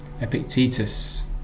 Epictetus